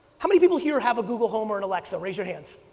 how many people here have a google home or an alexa, raise your hands.